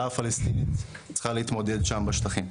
הפלסטינית צריכה להתמודד שם בשטחים.